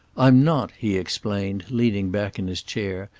i'm not, he explained, leaning back in his chair,